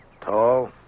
Tall